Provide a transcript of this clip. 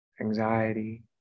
anxiety